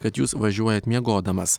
kad jūs važiuojat miegodamas